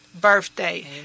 Birthday